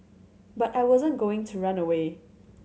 but I wasn't going to run away